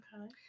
Okay